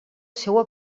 seua